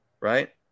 Right